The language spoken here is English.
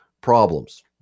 problems